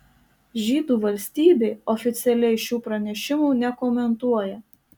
žydų valstybė oficialiai šių pranešimų nekomentuoja